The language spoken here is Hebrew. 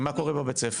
ומה קורה בבית-הספר?